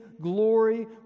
glory